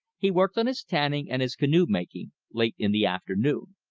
he worked on his tanning and his canoe-making late in the afternoon.